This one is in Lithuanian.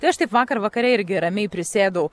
tai aš taip vakar vakare irgi ramiai prisėdau